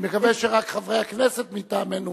אני מקווה רק שחברי הכנסת מטעמנו